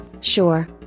Sure